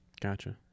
Gotcha